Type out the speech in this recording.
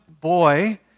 boy